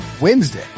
Wednesday